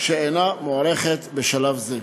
שאינה מוערכת בשלב זה.